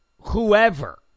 whoever